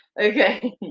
Okay